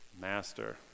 Master